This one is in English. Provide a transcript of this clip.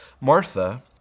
Martha